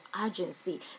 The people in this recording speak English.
urgency